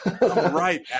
right